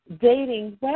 dating